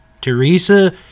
Teresa